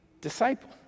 disciple